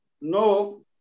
No